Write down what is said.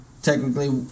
Technically